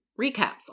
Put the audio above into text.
recaps